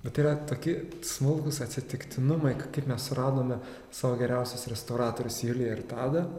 nu tai yra toki smulkūs atsitiktinumai kaip mes suradome savo geriausius restauratorius juliją ir tadą